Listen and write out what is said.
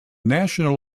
national